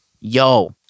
Yo